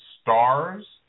stars